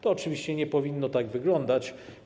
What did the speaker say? To oczywiście nie powinno tak wyglądać.